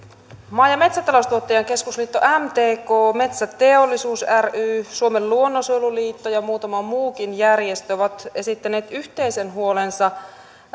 maa ja metsätaloustuottajain keskusliitto mtk metsäteollisuus ry suomen luonnonsuojeluliitto ja muutama muukin järjestö ovat esittäneet yhteisen huolensa